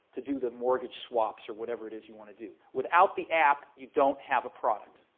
to do the mortgage swaps or whatever it is you want to do. without the app, you don't have a product.